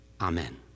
Amen